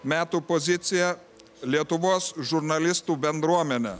metų pozicija lietuvos žurnalistų bendruomenė